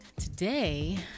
today